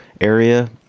area